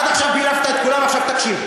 עד עכשיו בילפת את כולם, עכשיו תקשיב.